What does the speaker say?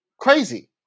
Crazy